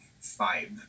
five